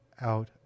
out